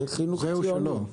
זה חינוך לציונות,